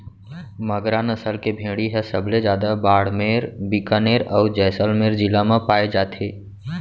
मगरा नसल के भेड़ी ह सबले जादा बाड़मेर, बिकानेर, अउ जैसलमेर जिला म पाए जाथे